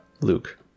Luke